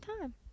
time